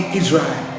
israel